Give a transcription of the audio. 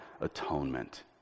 atonement